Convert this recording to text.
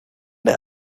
der